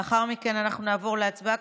לאחר מכן אנחנו נעבור להצבעה.